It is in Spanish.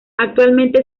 actualmente